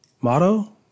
motto